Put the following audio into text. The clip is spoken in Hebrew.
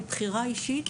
מבחירה אישית,